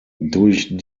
durch